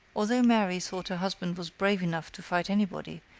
although mary thought her husband was brave enough to fight anybody,